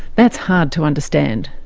that's hard to understand.